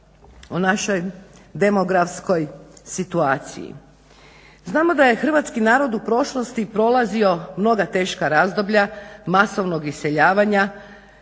o našoj demografskoj situaciji. Znamo da je hrvatski narod u prošlosti prolazio mnoga teška razdoblja masovnog iseljavanja.